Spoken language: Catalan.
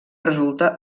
resulta